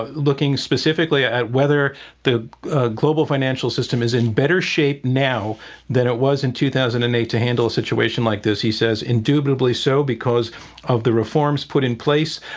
ah looking specifically at whether the global financial system is in better shape now than it was in two thousand and eight to handle a situation like this, he says indubitably so because of the reforms put in place,